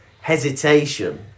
hesitation